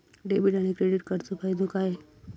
Debit आणि credit कार्डचो फायदो काय?